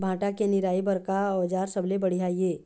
भांटा के निराई बर का औजार सबले बढ़िया ये?